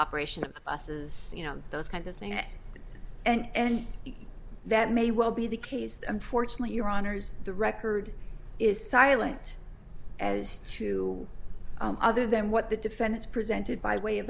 operation buses you know those kinds of thing yes and that may well be the case unfortunately your honour's the record is silent as to other than what the defense presented by way of